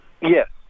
Yes